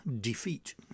defeat